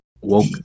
woke